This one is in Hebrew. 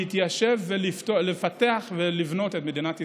להתיישב ולפתח ולבנות את מדינת ישראל.